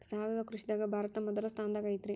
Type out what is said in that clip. ಸಾವಯವ ಕೃಷಿದಾಗ ಭಾರತ ಮೊದಲ ಸ್ಥಾನದಾಗ ಐತ್ರಿ